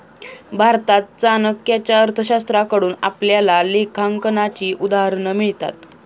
भारतात चाणक्याच्या अर्थशास्त्राकडून आपल्याला लेखांकनाची उदाहरणं मिळतात